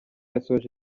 yasoje